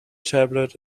tablet